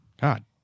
God